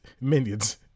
Minions